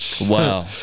Wow